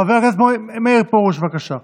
חבר הכנסת מאיר פרוש, בבקשה.